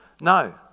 No